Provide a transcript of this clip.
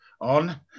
on